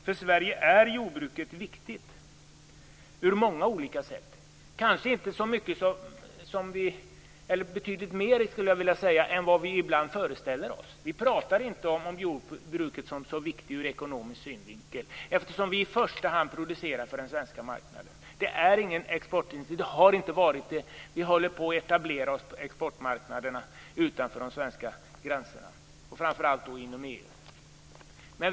För Sverige är jordbruket viktigt på många olika sätt. Det är betydligt viktigare än vad vi ibland föreställer oss. Vi talar inte om jordbruket som så viktigt ur ekonomisk synvinkel, eftersom vi i första hand producerar för den svenska marknaden. Det är ingen exportindustri, och det har inte varit det. Vi håller på att etablera oss på exportmarknaderna utanför de svenska gränserna, framför allt då inom EU.